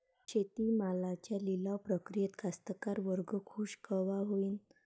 शेती मालाच्या लिलाव प्रक्रियेत कास्तकार वर्ग खूष कवा होईन?